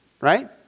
right